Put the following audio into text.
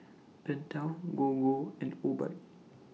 Pentel Gogo and Obike